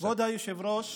כבוד היושב-ראש,